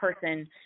person